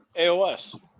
AOS